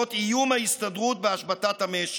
בעקבות איום ההסתדרות בהשבתת המשק.